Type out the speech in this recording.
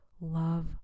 love